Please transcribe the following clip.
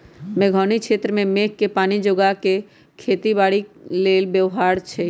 मेघोउनी क्षेत्र में मेघके पानी जोगा कऽ खेती बाड़ी लेल व्यव्हार छै